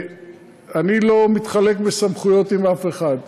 אני לא מתחלק בסמכויות עם אף אחד,